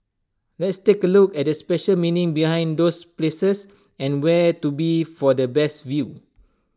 let's take A look at the special meaning behind those places and where to be for the best view